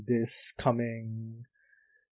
this coming